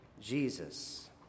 Jesus